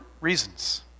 reasons